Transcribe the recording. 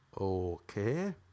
Okay